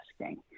asking